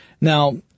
Now